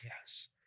Yes